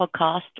podcast